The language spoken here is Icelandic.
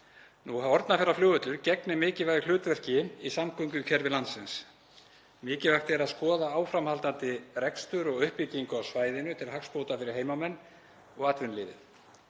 ganga. Hornafjarðarflugvöllur gegnir mikilvægu hlutverki í samgöngukerfi landsins. Mikilvægt er að skoða áframhaldandi rekstur og uppbyggingu á svæðinu til hagsbóta fyrir heimamenn og atvinnulífið.